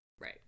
Right